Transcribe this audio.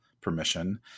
permission